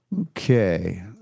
Okay